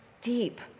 deep